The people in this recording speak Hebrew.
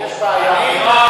יש בעיה המצריכה,